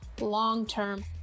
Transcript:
long-term